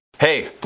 Hey